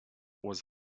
was